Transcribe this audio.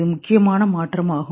இது முக்கியமான மாற்றமாகும்